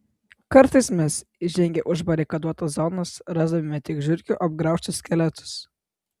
kartais mes įžengę į užbarikaduotas zonas rasdavome tik žiurkių apgraužtus skeletus